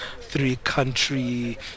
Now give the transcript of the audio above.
three-country